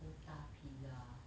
otah pizza